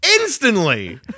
Instantly